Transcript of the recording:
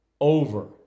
over